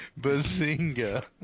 Bazinga